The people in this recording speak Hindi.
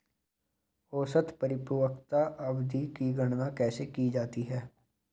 औसत परिपक्वता अवधि की गणना कैसे की जाती है?